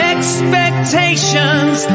Expectations